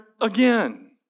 again